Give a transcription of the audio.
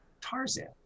Tarzan